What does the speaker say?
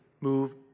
move